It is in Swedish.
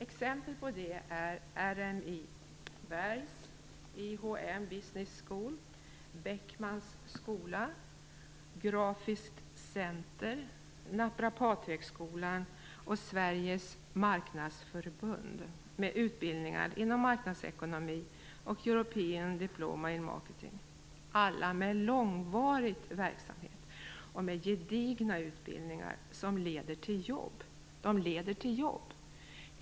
Exempel på detta är RMI Berghs, IHM Business School, Beckmans skola, Grafiskt Center, Naprapathögskolan och Sveriges Marknadsförbund med utbildningar inom marknadsekonomi och European Diploma in Marketing. Alla dessa har långvarig verksamhet och gedigna utbildningar som leder till jobb. De leder till jobb!